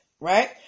right